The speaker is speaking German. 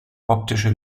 optische